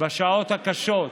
בשעות הקשות,